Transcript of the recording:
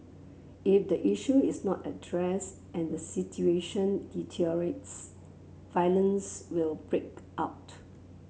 if the issue is not addressed and the situation deteriorates violence will break out